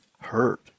hurt